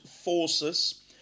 forces